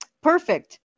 Perfect